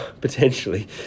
potentially